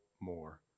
more